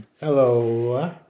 Hello